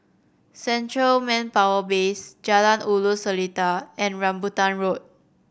Central Manpower Base Jalan Ulu Seletar and Rambutan Road